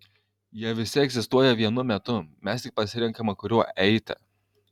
jie visi egzistuoja vienu metu mes tik pasirenkame kuriuo eiti